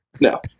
No